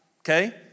okay